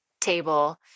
table